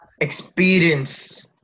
experience